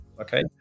okay